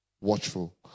watchful